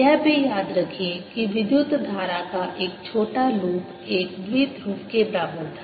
यह भी याद रखें कि विद्युत धारा का एक छोटा लूप एक द्विध्रुव के बराबर है